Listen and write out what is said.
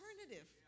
alternative